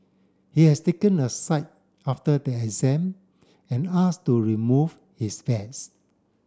he has taken aside after the exam and asked to remove his vest